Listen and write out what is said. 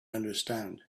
understand